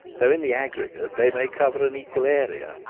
though in the aggregate they may cover an equal area.